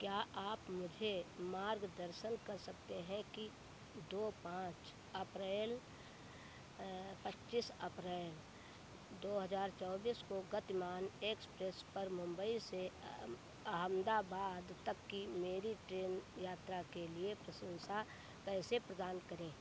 क्या आप मुझे मार्गदर्शन कर सकते हैं कि दो पाँच अप्रैल पच्चीस अप्रैल दो हज़ार चौबीस को गतिमान एक्सप्रेस पर मुम्बई से अहमदाबाद तक की मेरी ट्रेन यात्रा के लिए प्रशंसा कैसे प्रदान करें